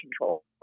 control